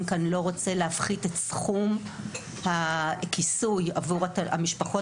כאן לא רוצה להפחית את סכום הכיסוי עבור המשפחות